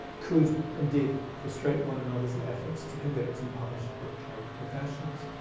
could, and did, frustrate one another's efforts to convict and punish book trade professionals.